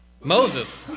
Moses